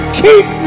keep